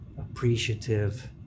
Appreciative